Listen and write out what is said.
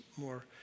more